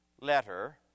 letter